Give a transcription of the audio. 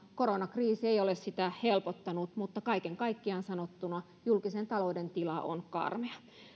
koronakriisi ei ole sitä helpottanut mutta kaiken kaikkiaan sanottuna julkisen talouden tila on karmea